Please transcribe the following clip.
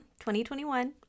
2021